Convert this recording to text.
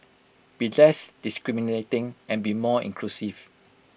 be less discriminating and be more inclusive